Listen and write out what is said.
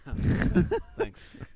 Thanks